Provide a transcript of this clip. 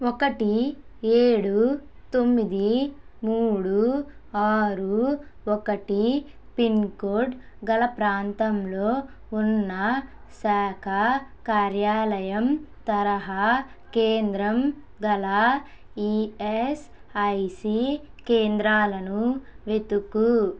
ఒకటి ఏడు తొమ్మిది మూడు ఆరు ఒకటి పిన్కోడ్ గల ప్రాంతంలో ఉన్న శాఖా కార్యాలయం తరహా కేంద్రం గల ఈఎస్ఐసి కేంద్రాలను వెతుకు